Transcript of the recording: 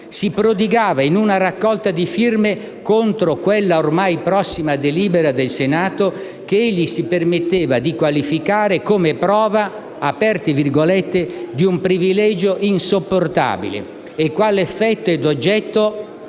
si prodigava in una raccolta di firme contro quella ormai prossima delibera del Senato che egli si permetteva di qualificare come prova di un «privilegio insopportabile»; e quale effetto od oggetto